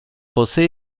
posee